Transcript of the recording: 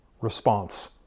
response